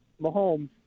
Mahomes